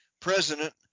President